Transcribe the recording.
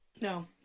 No